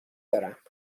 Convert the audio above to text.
دارم